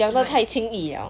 讲得太轻易 liao